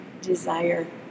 desire